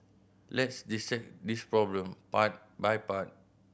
let's dissect this problem part by part